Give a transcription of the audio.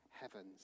heavens